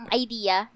idea